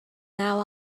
now